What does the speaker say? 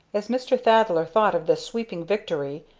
as mr. thaddler thought of this sweeping victory,